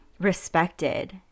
respected